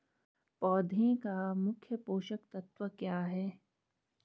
पौधें का मुख्य पोषक तत्व क्या है?